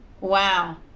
Wow